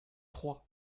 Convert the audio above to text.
troyes